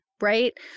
Right